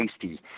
Tasty